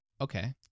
Okay